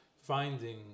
finding